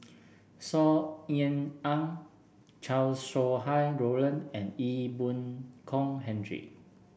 Saw Ean Ang Chow Sau Hai Roland and Ee Boon Kong Henry